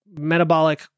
metabolic